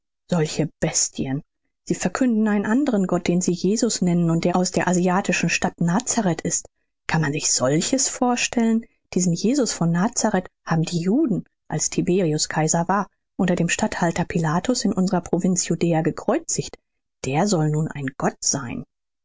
solche bestien sie verkünden einen andern gott den sie jesus nennen und der aus der asiatischen stadt nazareth ist kann man sich solches vorstellen diesen jesus von nazareth haben die juden als tiberius kaiser war unter dem statthalter pilatus in unserer provinz judäa gekreuzigt der soll nun ein gott sein